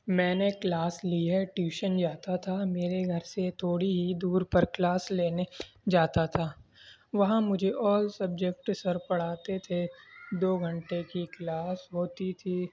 میں نے کلاس لی ہے ٹیوشن جاتا تھا میرے گھر سے تھوڑی ہی دور پر کلاس لینے جاتا تھا وہاں مجھے آل سبجیکٹ سر پڑھاتے تھے دو گھنٹے کی کلاس ہوتی تھی